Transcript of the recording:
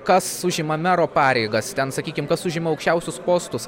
kas užima mero pareigas ten sakykim kas užima aukščiausius postus